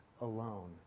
alone